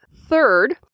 third